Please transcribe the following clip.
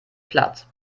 platt